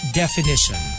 definition